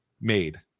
made